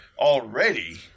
already